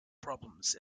problems